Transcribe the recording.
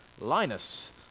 Linus